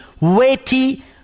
weighty